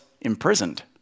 imprisoned